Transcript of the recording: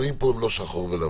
שהדברים פה הם לא שחור ולבן.